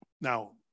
Now